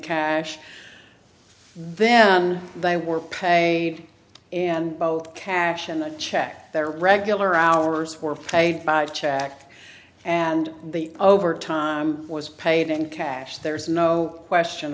cash then they were pay and both cash and check their regular hours were paid by check and the over time was paid in cash there's no question